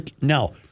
Now